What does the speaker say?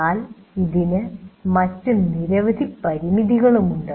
എന്നാൽ ഇതിന് മറ്റ് നിരവധി പരിമിതികളും ഉണ്ട്